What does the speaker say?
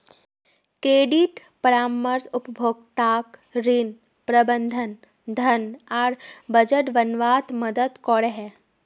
credit परामर्श उपभोक्ताक ऋण, प्रबंधन, धन आर बजट बनवात मदद करोह